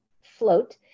float